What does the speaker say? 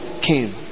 came